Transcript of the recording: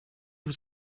was